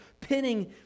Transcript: pinning